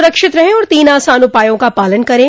सुरक्षित रहें और तीन आसान उपायों का पालन करें